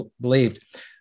believed